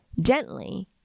gently